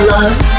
Love